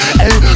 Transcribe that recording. Hey